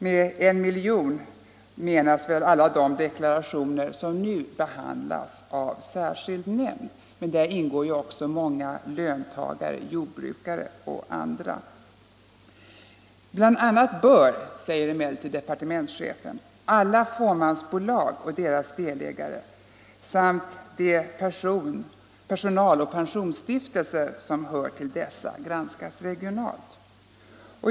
Med 1 miljon menas väl alla de deklarationer som nu behandlas av särskild nämnd, men där ingår ju också många deklarationer för löntagare, jordbrukare och andra. BI. a. bör, säger departementschefen, alla fåmansbolag och deras delägare samt de personaloch pensionsstiftelser som hör till dessa granskas regionalt.